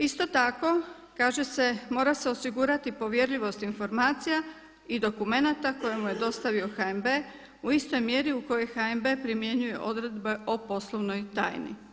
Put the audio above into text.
Isto tako kaže se mora se osigurati povjerljivost informacija i dokumenata koje mu je dostavio HNB u istoj mjeri u kojoj HNB primjenjuje odredbe o poslovnoj tajni.